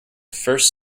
first